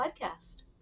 podcast